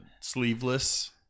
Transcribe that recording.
sleeveless